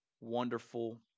wonderful